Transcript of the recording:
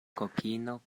kokino